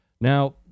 Now